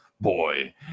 Boy